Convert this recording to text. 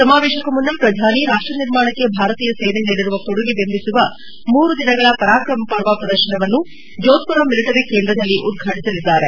ಸಮಾವೇಶಕ್ಕೂ ಮುನ್ನ ಪ್ರಧಾನಿ ಅವರು ರಾಷ್ಟ್ರ ನಿರ್ಮಾಣಕ್ಕೆ ಭಾರತೀಯ ಸೇನೆ ನೀಡಿರುವ ಕೊಡುಗೆಯನ್ನು ಬಿಂಬಿಸುವ ಮೂರು ದಿನಗಳ ಪರಾಕ್ರಮ ಪರ್ವ ಪ್ರದರ್ಶನವನ್ನು ಜೋಧ್ಪುರ್ ಮಿಲಿಟರಿ ಕೇಂದ್ರದಲ್ಲಿ ಉದ್ವಾಟಿಸಲಿದ್ದಾರೆ